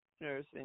nursing